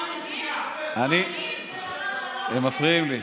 הם מפריעים לי.